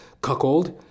cuckold